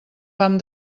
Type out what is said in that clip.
fam